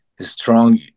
strong